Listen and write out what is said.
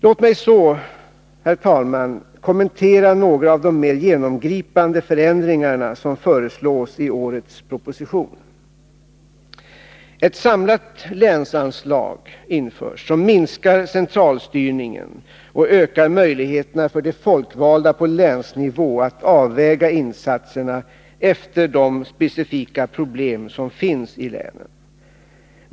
Låt mig så, herr talman, kommentera några av de mer genomgripande förändringar som föreslås i årets proposition. Ett samlat länsanslag införs, som minskar centralstyrningen och ökar möjligheterna för de folkvalda på länsnivå att avväga insatserna efter de specifika problem som finns i länen.